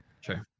Sure